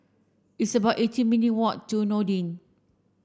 it's about eighteen minute walk to Noordin